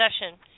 session